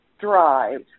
Drive